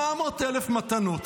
700,000 שקל מתנות.